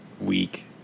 week